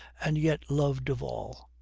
and yet loved of all.